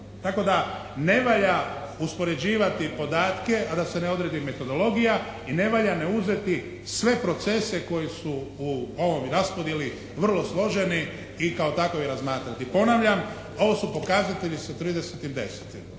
Tako da ne valja uspoređivati podatke, a da se ne odredi metodologija i ne valja ne uzeti sve procese koji su u ovoj raspodjeli vrlo složeni i takovi ih razmatrati. Ponavljam, ovo su pokazatelji sa 30.10.